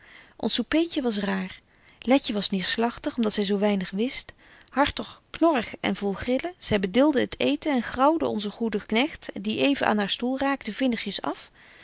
ons soupeetje was raar letje was neêrslagtig om dat zy zo weinig wist hartog knorrig en vol grillen zy bedilde het eeten en graauwde onzen goeden knegt die even aan haar stoel raakte vinnigjes af